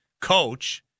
coach